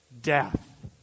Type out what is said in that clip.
death